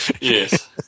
Yes